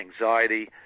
Anxiety